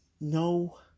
no